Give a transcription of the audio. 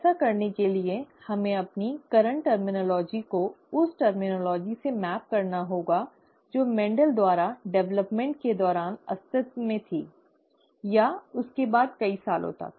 ऐसा करने के लिए हमें अपनी वर्तमान शब्दावली को उस शब्दावली से मैप करना होगा जो मेंडल द्वारा विकास के दौरान अस्तित्व में थी ठीक है या उसके बाद कई सालों तक